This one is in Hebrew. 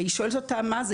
והיא שואלת אותה: מה זה?